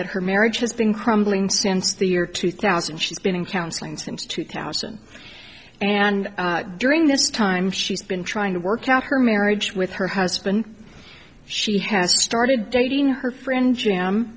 that her marriage has been crumbling since the year two thousand and she's been in counseling since two thousand and during this time she's been trying to work out her marriage with her husband she has started dating her fri